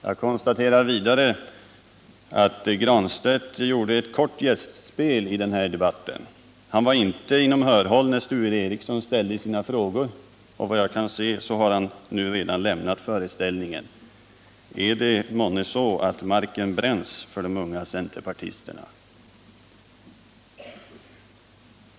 Jag konstaterar vidare att Pär Granstedt gjorde ett kort gästspel i denna debatt. Han var inte inom hörhåll när Sture Ericson ställde sina frågor, och vad jag kan se har han redan nu lämnat föreställningen. Är det månne så att marken bränns under fötterna på de unga centerpartisterna?